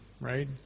right